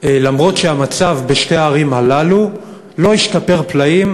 אף שהמצב בשתי הערים הללו לא השתפר פלאים,